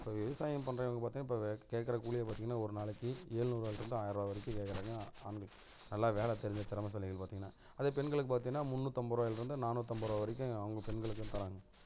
இப்போ விவசாயம் பண்றவங்க பார்த்திங்கனா இப்போ கேட்குற கூலியே பார்த்திங்கனா ஒரு நாளைக்கு ஏழு நூறுரூவால இருந்து ஆயரம் ரூபா வரைக்கும் கேட்குறாங்க ஆண்களுக்கு நல்லா வேலை தெரிஞ்ச திறமைசாலிகள் பார்த்திங்கனா அதே பெண்களுக்கு பார்த்திங்கன்னா முன்னூற்றைம்பது ரூபாயில் இருந்து நானூற்றைம்பது ரூபாய் வரைக்கும் அவங்க பெண்களுக்கு தராங்க